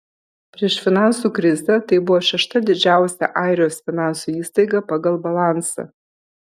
prieš finansų krizę tai buvo šešta didžiausia airijos finansų įstaiga pagal balansą